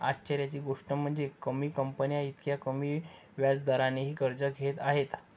आश्चर्याची गोष्ट म्हणजे, कमी कंपन्या इतक्या कमी व्याज दरानेही कर्ज घेत आहेत